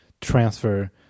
transfer